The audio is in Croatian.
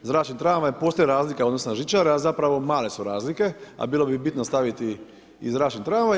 Zračni tramvaj, postoji razlika u odnosu na žičare, a zapravo male su razlike, a bilo bi bitno staviti i zračni tramvaj.